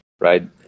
Right